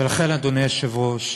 ולכן, אדוני היושב-ראש,